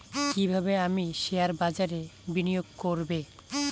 কিভাবে আমি শেয়ারবাজারে বিনিয়োগ করবে?